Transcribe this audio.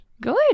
Good